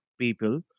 people